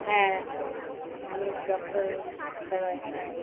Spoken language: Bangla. হ্যাঁ আমি ডক্টর হ্যাঁ